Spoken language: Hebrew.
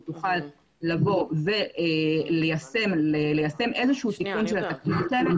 תוכל ליישם איזשהו תיקון של התקנות האלה,